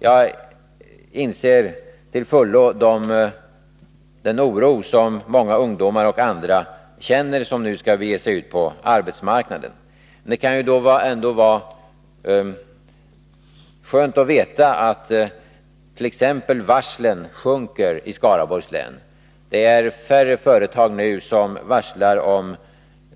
Jag inser till fullo den oro som många ungdomar och andra känner, som nu skall bege sig ut på arbetsmarknaden. Då kan det ändå vara skönt att veta attt.ex. antalet varsel sjunker i Skaraborgs län. Det är nu färre företag som varslar om